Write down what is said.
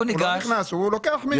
הוא לא נכנס, הוא לוקח מישהו.